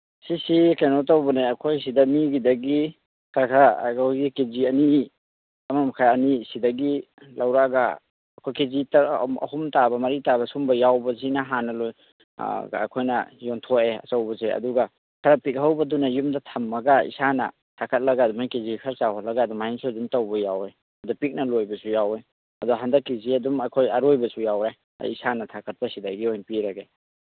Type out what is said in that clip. ꯁꯤꯁꯤ ꯀꯩꯅꯣ ꯇꯧꯕꯅꯦ ꯑꯩꯈꯣꯏ ꯁꯤꯗ ꯃꯤꯒꯤꯗꯒꯤ ꯈꯔ ꯈꯔ ꯑꯩꯈꯣꯏꯒꯤ ꯀꯦ ꯖꯤ ꯑꯅꯤ ꯑꯃ ꯃꯈꯥꯏ ꯑꯅꯤ ꯁꯤꯗꯒꯤ ꯂꯧꯔꯛꯑꯒ ꯑꯩꯈꯣꯏ ꯀꯦ ꯖꯤ ꯑꯍꯨꯝ ꯇꯥꯕ ꯃꯔꯤ ꯇꯥꯕ ꯁꯨꯝꯕ ꯌꯥꯎꯕꯁꯤꯅ ꯍꯥꯟꯅ ꯂꯣꯏ ꯑꯩꯈꯣꯏꯅ ꯌꯣꯟꯊꯣꯛꯑꯦ ꯑꯆꯧꯕꯁꯦ ꯑꯗꯨꯒ ꯈꯔ ꯄꯤꯛꯍꯧꯕꯗꯨꯅ ꯌꯨꯝꯗ ꯊꯝꯃꯒ ꯏꯁꯥꯅ ꯁꯛꯀꯠꯂꯒ ꯑꯗꯨꯃꯥꯏꯅ ꯀꯦ ꯖꯤ ꯈꯔ ꯆꯥꯎꯍꯜꯂꯒ ꯑꯗꯨꯃꯥꯏꯁꯨ ꯑꯗꯨꯝ ꯇꯧꯕ ꯌꯥꯎꯋꯤ ꯑꯗꯨ ꯄꯤꯛꯅ ꯂꯣꯏꯕꯁꯨ ꯌꯥꯎꯋꯤ ꯑꯗꯣ ꯍꯟꯗꯛꯀꯤꯁꯤ ꯑꯗꯨꯝ ꯑꯩꯈꯣꯏ ꯑꯔꯣꯏꯕꯁꯨ ꯌꯥꯎꯋꯦ ꯑꯩ ꯏꯁꯥ ꯊꯥꯛꯀꯠꯄꯁꯤꯗꯒꯤ ꯑꯣꯏꯅ ꯄꯤꯔꯒꯦ